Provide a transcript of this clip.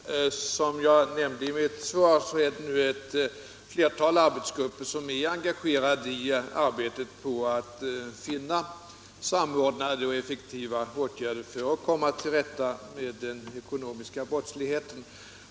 Herr talman! Som jag nämnde i mitt svar är nu ett flertal grupper engagerade i arbetet med att åstadkomma samordnade och effektiva åtgärder för att komma till rätta med den ekonomiska brottsligheten.